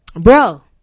bro